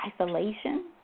isolation